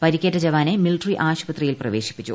പരിക്കേറ്റ ജവാനെ മിലിട്ടറി ആശുപത്രിയിൽ പ്രവേശിപ്പിച്ചു